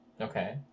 okay